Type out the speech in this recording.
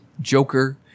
Joker